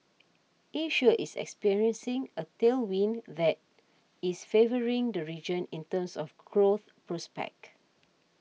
Asia is experiencing a tailwind that is favouring the region in terms of growth prospects